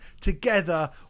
Together